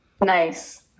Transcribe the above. Nice